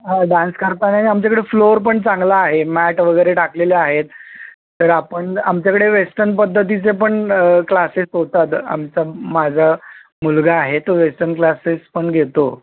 dance करताना आहे ना आमच्याकडे फ्लोर पण चांगला आहे मॅट वगैरे टाकलेले आहेत तर आपण आमच्याकडे वेस्टर्न पद्धतीचे पण क्लासेस होतात आमचा माझा मुलगा आहे तो वेस्टर्न क्लासेस पण घेतो